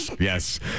Yes